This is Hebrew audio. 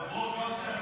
מברוכ, אושר.